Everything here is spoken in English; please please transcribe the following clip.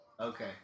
Okay